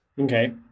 Okay